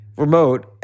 Remote